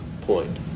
point